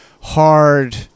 hard